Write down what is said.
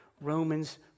Romans